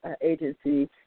agency